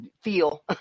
feel